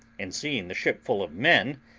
and seeing the ship full of men,